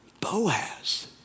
Boaz